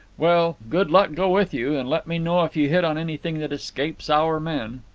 well, good luck go with you and let me know if you hit on anything that escapes our men.